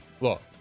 look